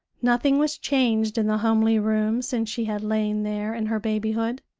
nothing was changed in the homely room since she had lain there in her babyhood